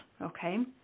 okay